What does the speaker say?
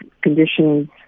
conditions